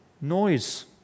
noise